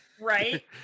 Right